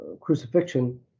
crucifixion